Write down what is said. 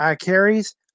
Carrie's